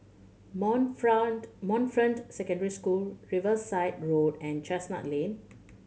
Montfront Montfront Secondary School Riverside Road and Chestnut Lane